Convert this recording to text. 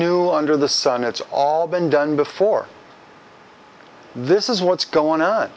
new under the sun it's all been done before this is what's going on